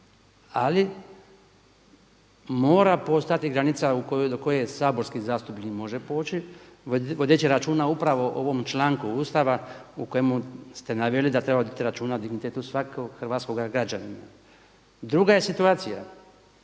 Ali mora postojati granica do koje saborski zastupnik može poći vodeći računa o ovom članku Ustava u kojemu ste naveli da treba voditi računa o dignitetu svakog hrvatskoga građanina. Druga je situacija,